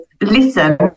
listen